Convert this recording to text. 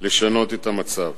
לשנות את המצב.